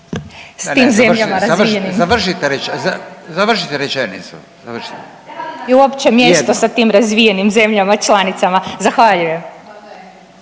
završite rečenicu. Završite./… … je uopće mjesto sa tim razvijenim zemljama članicama. Zahvaljujem.